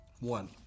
one